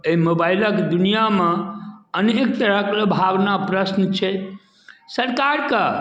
एहि मोबाइलक दुनिआँमे अनेक तरह कऽ लुभावना प्रश्न छै सरकार कऽ